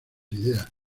ideas